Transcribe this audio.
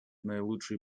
наилучший